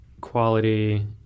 quality